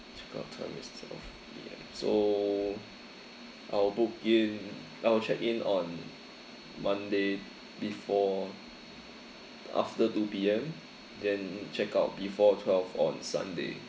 check out time is twelve P_M so I'll book in I'll check in on monday before after two P_M then check out before twelve on sunday